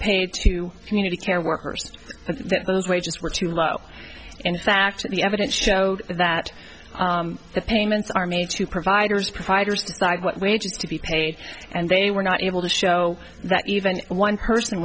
paid to community care workers those wages were too low in fact the evidence showed that the payments are made to providers providers decide what wages to be paid and they were not able to show that even one person